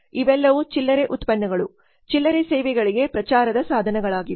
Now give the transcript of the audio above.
ಇವೆಲ್ಲವೂ ಚಿಲ್ಲರೆ ಉತ್ಪನ್ನಗಳು ಚಿಲ್ಲರೆ ಸೇವೆಗಳಿಗೆ ಪ್ರಚಾರದ ಸಾಧನಗಳಾಗಿವೆ